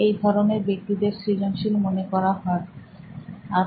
এই ধরনের ব্যক্তিদের সৃজনশীল মনে করা হতো